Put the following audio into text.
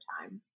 time